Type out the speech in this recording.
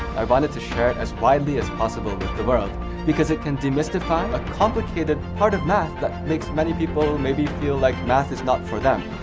i wanted to share it as widely as possible with the world because it can demystify a complicated part of math that makes many people maybe feel like math is not for them.